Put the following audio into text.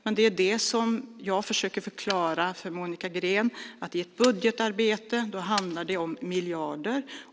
Men jag försöker förklara för Monica Green att det i ett budgetarbete handlar om miljarder.